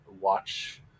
watch